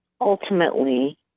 ultimately